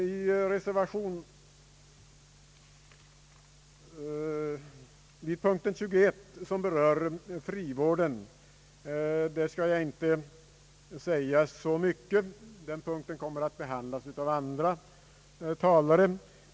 I fråga om punkt 21, som berör frivården, skall jag inte säga så mycket. Den punkten kommer att behandlas av andra talare.